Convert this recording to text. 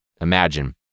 imagine